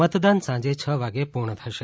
મતદાન સાંજે છ વાગે પુર્ણ થશે